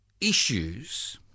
issues